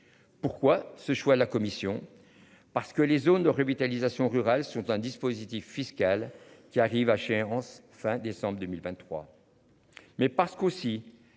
Pourquoi ce choix. La commission parce que les zones de revitalisation rurale sont un dispositif fiscal qui arrive à chez errance fin décembre 2023. Mais parce qu'aussi